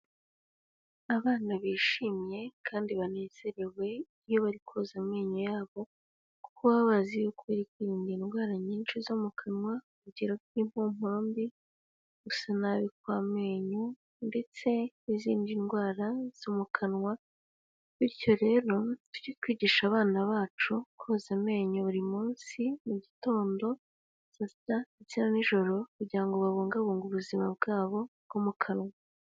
Abana bishimye kandi banezerewe iyo bari koza amenyo yabo, kuko baba bazi yuko bari kwirinda indwara nyinshi zo mu kanwa, urugero k'impumuro mbi, gusa nabi kw'amenyo, ndetse n'izindi ndwara zo mu kanwa, bityo rero tuge twigisha abana bacu koza amenyo buri munsi, mugitondo saa sita ndetse nijoro kugirango babungabunge ubuzima bwabo bwo mu kanwa.